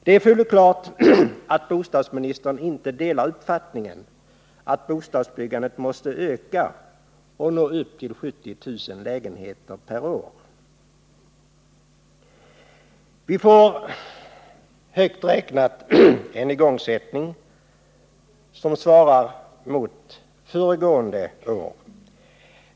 Det är fullt klart att bostadsministern inte delar uppfattningen att bostadsbyggandet måste ökas och nå upp till 70 000 lägenheter per år. Vi får högt räknat en igångsättning som svarar mot föregående års.